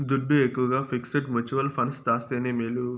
దుడ్డు ఎక్కవగా fixed mutual funds దాస్తేనే మేలు